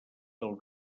del